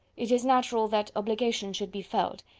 it is natural that obligation should be felt,